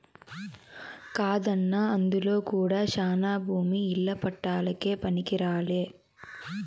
కాదన్నా అందులో కూడా శానా భూమి ఇల్ల పట్టాలకే పనికిరాలే